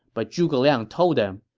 but zhuge liang told them,